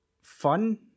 fun